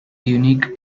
unique